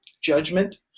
judgment